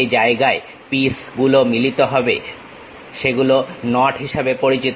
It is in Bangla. যে জায়গায় পিস গুলো মিলিত হয় সেগুলো নট হিসাবে পরিচিত